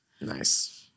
nice